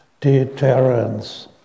deterrence